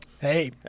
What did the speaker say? Hey